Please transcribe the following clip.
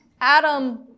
Adam